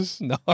No